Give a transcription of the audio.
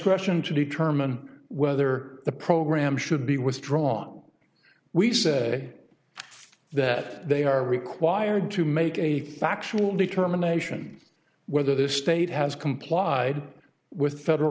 etion to determine whether the program should be withdrawn we say that they are required to make a factual determination whether this state has complied with federal